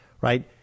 right